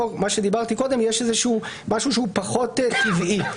פה יש משהו שהוא פחות טבעי.